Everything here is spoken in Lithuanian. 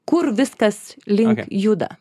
kur viskas link juda